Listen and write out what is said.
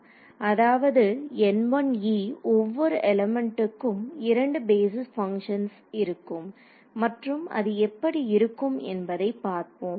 அதாவது N1e ஒவ்வொரு எலிமெண்ட்டுக்கும் இரண்டு பேஸிஸ் பங்க்ஷன்ஸ் இருக்கும் மற்றும் அது எப்படி இருக்கும் என்பதைப் பார்ப்போம்